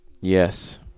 Yes